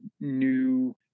new